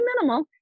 minimal